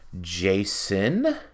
Jason